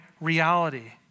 reality